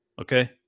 Okay